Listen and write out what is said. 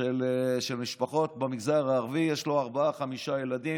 של משפחות במגזר הערבי, יש לו ארבעה, חמישה ילדים.